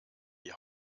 die